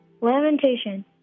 lamentation